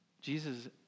Jesus